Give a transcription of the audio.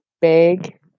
big